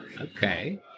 okay